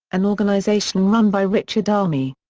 an organization run by richard armey.